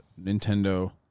Nintendo